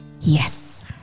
yes